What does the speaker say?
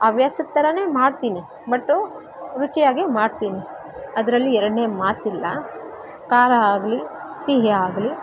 ಹವ್ಯಾಸದ ಥರ ಮಾಡ್ತೀನಿ ಬಟ್ಟು ರುಚಿಯಾಗಿ ಮಾಡ್ತೀನಿ ಅದರಲ್ಲಿ ಎರಡನೇ ಮಾತಿಲ್ಲ ಖಾರ ಆಗಲಿ ಸಿಹಿಯಾಗಲಿ